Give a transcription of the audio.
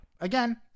again